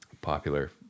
popular